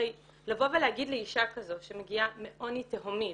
הרי לבוא ולהגיד לאישה כזאת שמגיעה מעוני תהומי,